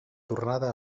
tornada